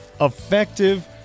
Effective